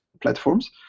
platforms